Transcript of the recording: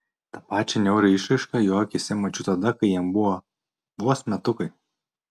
tą pačią niaurią išraišką jo akyse mačiau tada kai jam buvo vos metukai